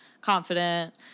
confident